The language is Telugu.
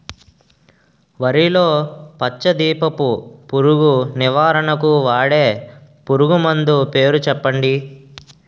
వరిలో పచ్చ దీపపు పురుగు నివారణకు వాడే పురుగుమందు పేరు చెప్పండి?